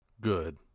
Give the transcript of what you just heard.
Good